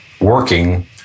working